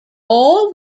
all